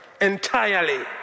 entirely